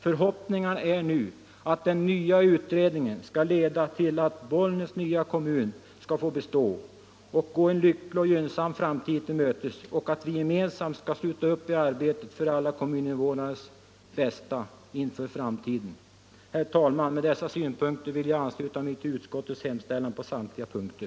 Förhoppningarna är nu att den nya utredningen skall leda till att Bollnäs nya kommun skall få bestå och gå en lycklig och gynnsam framtid till mötes samt att vi gemensamt skall sluta upp i arbetet för alla kommuninvånares bästa inför framtiden. Herr talman! Med dessa synpunkter vill jag ansluta mig till utskottets hemställan på samtliga punkter.